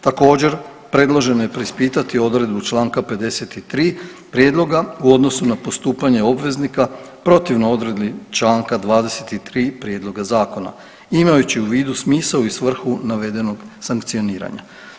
Također predloženo je preispitati odredbu čl. 53. prijedloga u odnosu na postupanje obveznika protivno odredbi čl. 23. prijedloga zakona, imajući u vidu smisao i svrhu navedenog sankcioniranja.